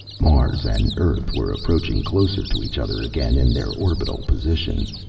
mars and earth were approaching closer to each other again in their orbital positions.